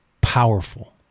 powerful